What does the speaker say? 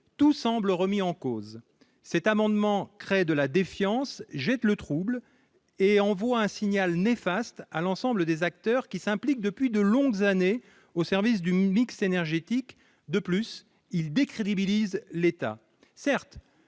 tout semble remis en cause cette amendement crée de la défiance jette le trouble et envoie un signal néfaste à l'ensemble des acteurs qui s'implique depuis de longues années au service d'une Blixen Hergé éthique de plus il décrédibilise l'État